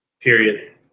Period